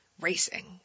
racing